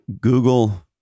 Google